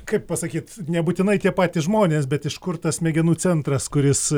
kaip pasakyt nebūtinai tie patys žmonės bet iš kur tas smegenų centras kuris